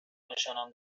نشانم